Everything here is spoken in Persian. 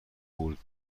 برد